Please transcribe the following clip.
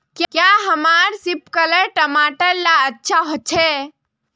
क्याँ हमार सिपकलर टमाटर ला अच्छा होछै?